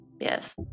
Yes